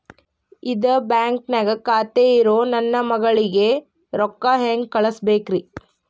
ಇದ ಬ್ಯಾಂಕ್ ನ್ಯಾಗ್ ಖಾತೆ ಇರೋ ನನ್ನ ಮಗಳಿಗೆ ರೊಕ್ಕ ಹೆಂಗ್ ಕಳಸಬೇಕ್ರಿ?